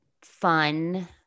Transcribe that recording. fun